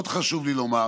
עוד חשוב לי לומר